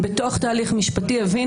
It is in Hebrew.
לגבי שלושה כתבי אישום ביפן התוצאה היתה אחרת.